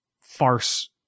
farce